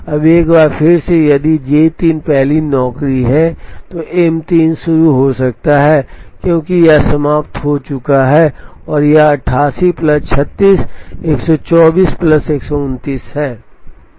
अब एक बार फिर से यदि J 3 पहली नौकरी है तो M 3 शुरू हो सकता है क्योंकि यह समाप्त हो चुका है और यह 88 प्लस 36 124 प्लस 129 है